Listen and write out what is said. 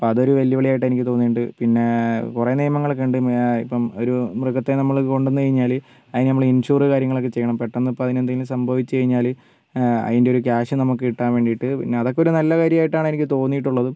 അപ്പോൾ അതൊരു വെല്ലുവിളി ആയിട്ട് എനിക്ക് തോന്നിയിട്ടുണ്ട് പിന്നെ കുറേ നിയമങ്ങളൊക്കെയുണ്ട് ഇപ്പം ഒരു മൃഗത്തെ നമ്മൾ കൊണ്ട് വന്നുകഴിഞ്ഞാൽ അതിന് നമ്മൾ ഇൻഷൂറ് കാര്യങ്ങളൊക്കെ ചെയ്യണം പെട്ടെന്ന് ഇപ്പോൾ അതിനെന്തെങ്കിലും സംഭവിച്ചു കഴിഞ്ഞാൽ അതിൻ്റെ ഒരു ക്യാഷ് നമുക്ക് കിട്ടാൻ വേണ്ടിയിട്ട് പിന്നെ അതൊക്കെ ഒരു നല്ല കാര്യമായിട്ടാണ് എനിക്ക് തോന്നിയിട്ടുള്ളത്